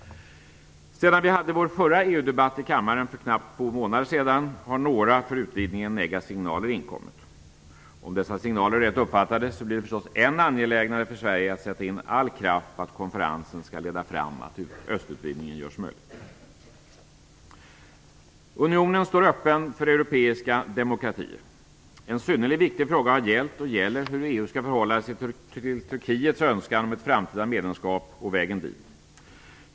Sedan vi hade vår förra EU-debatt för knappt två månader sedan har några för utvidgningen negativa signaler inkommit. Om dessa signaler är rätt uppfattade blir det förstås än angelägnare för Sverige att sätta in all kraft på att konferensen skall leda fram till att östutvidgningen görs möjlig. Unionen står öppen för europeiska demokratier. En synnerligen viktig fråga har gällt och gäller hur EU skall förhålla sig till Turkiets önskan om ett framtida medlemskap och vägen dit.